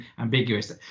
ambiguous